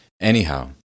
anyhow